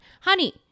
Honey